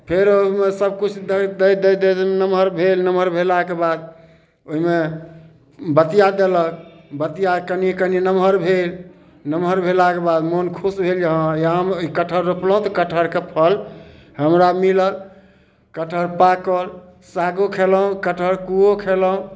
फेर ओइमे सभकिछु दैत दैत दैत दैत नमहर भेल नमहर भेलाके बाद ओइमे बतिया देलक बतिया कनिये कनिये नमहर भेल नमहर भेलाके बाद मोन खुश भेल जे हाँ ई आम ई कटहर रोपलहुँ तऽ कटहरके फल हमरा मिलल कटहर पाकल सागो खेलहुँ कटहर कोओ खेलहुँ